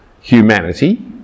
humanity